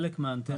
חלק מהאנטנה.